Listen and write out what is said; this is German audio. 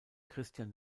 christian